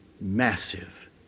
massive